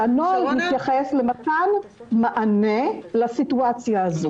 שהנוהל מתייחס למתן מענה לסיטואציה הזו.